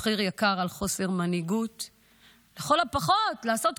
מחיר יקר על חוסר מנהיגות.